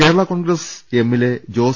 കേരളാ കോൺഗ്രസ് എമ്മിലെ ജോസ്